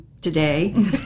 today